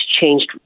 changed